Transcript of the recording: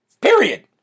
Period